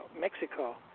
Mexico